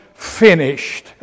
finished